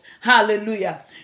Hallelujah